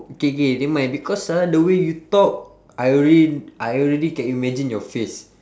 okay K never mind because ha the way you talk I already I already can imagine your face